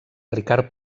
ricard